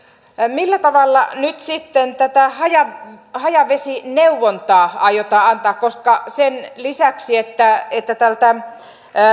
millä tavalla nyt sitten tätä hajavesineuvontaa aiotaan antaa sen lisäksi että että tältä